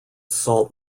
salt